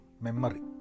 memory